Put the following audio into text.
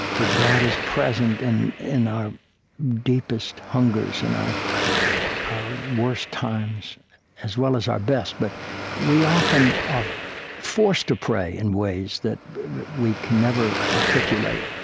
that god is present and in our deepest hungers, in our our worst times as well as our best, but we often are forced to pray in ways that we can never articulate,